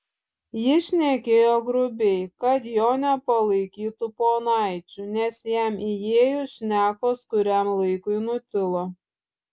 jis šnekėjo grubiai kad jo nepalaikytų ponaičiu nes jam įėjus šnekos kuriam laikui nutilo